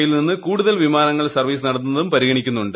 E യിൽ നിന്ന് കൂടുതൽ വിമാനങ്ങൾ സർവീസ് നടത്തുന്നതും പരിഗണിക്കുന്നുണ്ട്